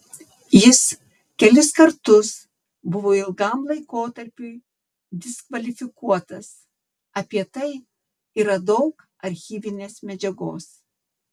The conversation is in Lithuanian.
jis kelis kartus buvo ilgam laikotarpiui diskvalifikuotas apie tai yra daug archyvinės medžiagos